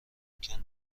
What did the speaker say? ممکن